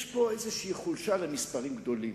יש פה איזושהי חולשה למספרים גדולים.